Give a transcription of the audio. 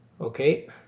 Okay